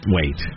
Wait